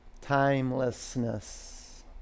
Timelessness